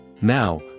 Now